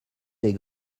des